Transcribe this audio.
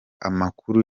amakuru